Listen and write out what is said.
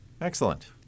Excellent